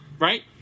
right